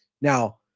Now